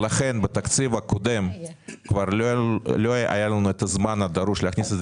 בתקציב הקודם לא היה לנו את הזמן הדרוש להכניס את זה